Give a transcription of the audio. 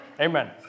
Amen